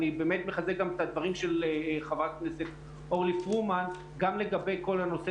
אני באמת מחזק את הדברים של חברת הכנסת אורלי פרומן גם לגבי כל הנושא